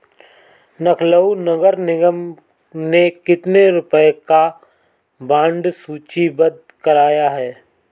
लखनऊ नगर निगम ने कितने रुपए का बॉन्ड सूचीबद्ध कराया है?